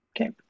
Okay